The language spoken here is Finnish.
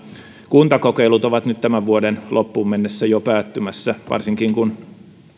kuntakokeilut ovat tämän vuoden loppuun mennessä jo päättymässä varsinkin kun